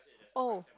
oh